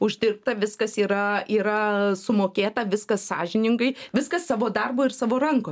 uždirbta viskas yra yra sumokėta viskas sąžiningai viskas savo darbu ir savo rankom